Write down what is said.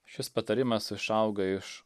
šis patarimas išauga iš